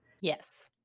Yes